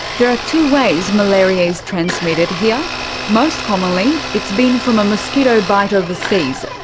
there are two ways malaria is transmitted here most commonly it's been from a mosquito bite overseas,